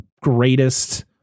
greatest